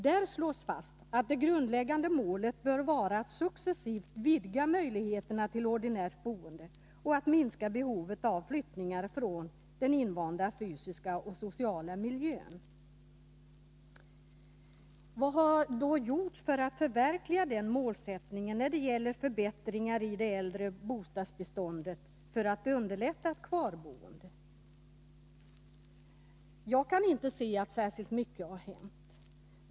Där slås fast att det grundläggande målet bör vara att successivt vidga möjligheterna till ordinärt boende och att minska behovet av flyttningar från den invanda fysiska och sociala miljön. Vad har då gjorts för att förverkliga den målsättningen när det gäller förbättringar i det äldre bostadsbeståndet för att underlätta ett kvarboende? Jag kan inte se att särskilt mycket har hänt.